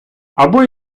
або